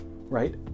right